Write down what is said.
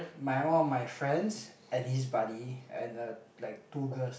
my one of my friends and his buddy and uh like two girls